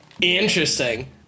Interesting